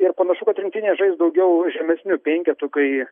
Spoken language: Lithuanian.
ir panašu kad rinktinė žais daugiau žemesniu penketu kai